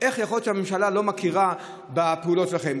איך יכול להיות שהממשלה לא מכירה בפעולות שלכם?